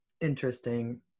interesting